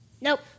Nope